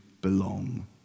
belong